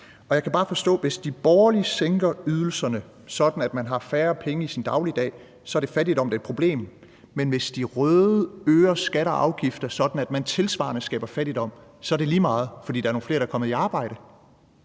Jeg kan bare forstå det sådan, at hvis de borgerlige sænker ydelserne, så borgeren har færre penge i sin dagligdag, er det fattigdom og et problem, men hvis de røde øger skatter og afgifter, så man tilsvarende skaber fattigdom, er det lige meget, fordi der er nogle flere, der er kommet i arbejde.